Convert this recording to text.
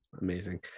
amazing